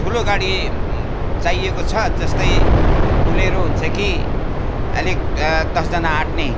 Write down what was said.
ठुलो गाडी चाहिएको छ जस्तै बोलेरो हुन्छ कि अलिक दसजना आँट्ने